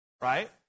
right